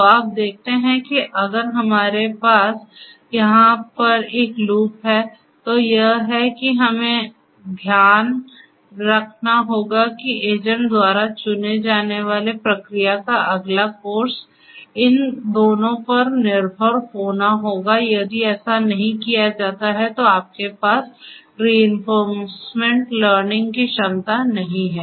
तो आप देखते हैं कि अगर हमारे पास यहाँ पर एक लूप है तो यह है कि हमें में ध्यान रखना होगा कि एजेंट द्वारा चुने जाने वाले क्रिया का अगला कोर्स इन दोनों पर निर्भर होना होगा यदि ऐसा नहीं किया जाता है तो आपके पास रिइंफोर्समेंट लर्निंग की क्षमता नहीं है